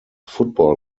football